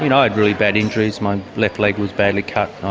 you know, i had really bad injuries my left leg was badly cut,